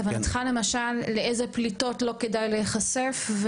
כוונתך למשל לאיזה פליטות לא כדאי להיחשף?